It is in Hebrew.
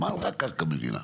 רק קרקע מדינה.